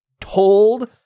told